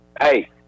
Hey